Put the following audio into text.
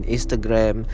Instagram